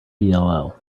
dll